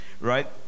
Right